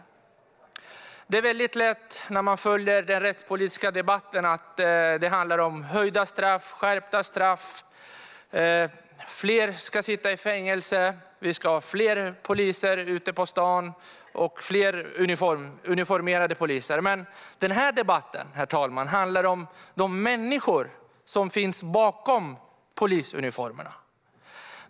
Aktuell debatt om attacker mot rätts-väsendet När man följer den rättspolitiska debatten handlar det lätt om höjda straff och skärpta straff, om att fler ska sitta i fängelse och om att vi ska ha fler uniformerade poliser ute på stan. Men den här debatten, herr talman, handlar om människan bakom polisuniformen.